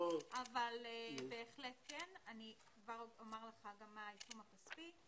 אני כבר אומר לך מה העיצום הכספי.